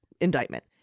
indictment